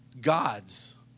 gods